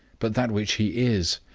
but that which he is,